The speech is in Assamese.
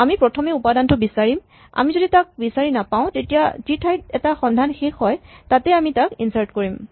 আমি প্ৰথমে উপাদানটো বিচাৰিম আমি যদি তাক বিচাৰি নাপাওঁ তেতিয়া যি ঠাইত এই সন্ধান শেষ হয় তাতেই আমি তাক ইনচাৰ্ট কৰিম